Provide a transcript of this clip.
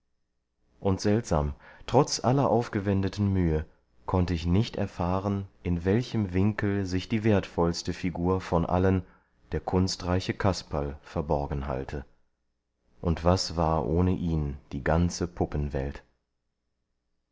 und seltsam trotz aller aufgewendeten mühe konnte ich nicht erfahren in welchem winkel sich die wertvollste figur von allen der kunstreiche kasperl verborgen halte und was war ohne ihn die ganze